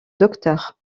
docteur